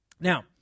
Now